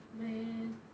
man